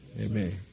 Amen